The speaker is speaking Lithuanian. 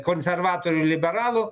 konservatorių liberalų